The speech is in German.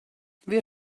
wir